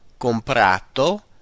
comprato